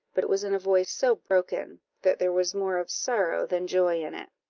but it was in a voice so broken, that there was more of sorrow than joy in it.